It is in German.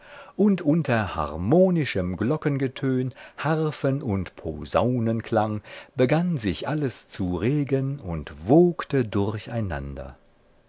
und unter harmonischem glockengetön harfen und posaunenklang begann sich alles zu regen und wogte durcheinander